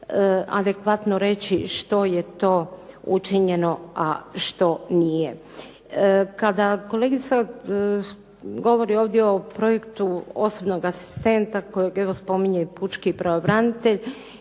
adekvatno reći što je to učinjeno, a što nije. Kada kolegica govori ovdje o projektu osobnog asistenta kojeg, evo spominje i pučki pravobranitelj,